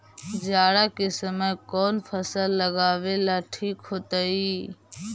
जाड़ा के समय कौन फसल लगावेला ठिक होतइ?